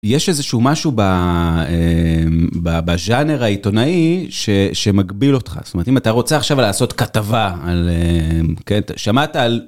יש איזשהו משהו בז'אנר העיתונאי שמגביל אותך. זאת אומרת, אם אתה רוצה עכשיו לעשות כתבה על, שמעת על...